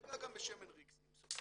אני אגע גם בשמן ריק סימפסון